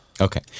Okay